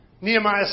Nehemiah